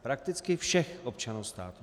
Prakticky všech občanů státu.